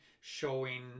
showing